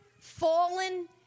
fallen